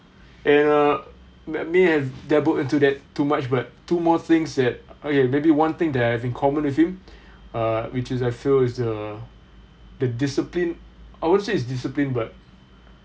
and uh I may have dabbled into that too much but two more things that okay maybe one thing that I have in common with him uh which is I feel is the the discipline I won't say is discipline but